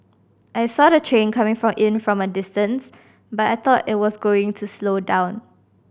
I saw the train coming in from a distance but I thought it was going to slow down